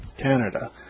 Canada